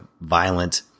violent